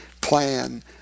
plan